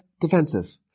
defensive